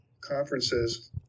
conferences